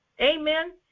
Amen